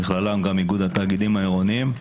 בכללם גם איגוד התאגידים העירוניים.